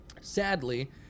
sadly